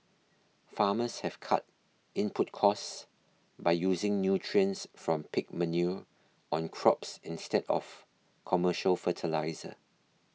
farmers have cut input costs by using nutrients from pig manure on crops instead of commercial fertiliser